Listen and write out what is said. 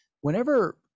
whenever